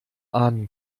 ahnen